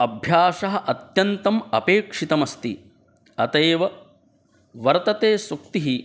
अभ्यासः अत्यन्तम् अपेक्षितः अस्ति अतः एव वर्तते सूक्तिः